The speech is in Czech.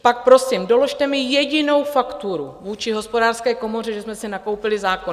Pak prosím, doložte mi jedinou fakturu vůči Hospodářské komoře, že jsme si nakoupili zákon.